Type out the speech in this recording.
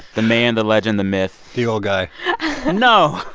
the man, the legend, the myth. the old guy no.